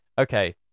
Okay